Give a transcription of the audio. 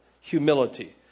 humility